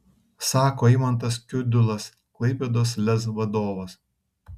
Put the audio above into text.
sako eimantas kiudulas klaipėdos lez vadovas